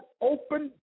open